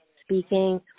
speaking